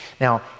Now